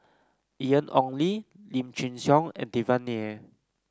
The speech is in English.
Ian Ong Li Lim Chin Siong and Devan Nair